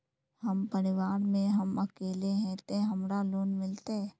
हम परिवार में हम अकेले है ते हमरा लोन मिलते?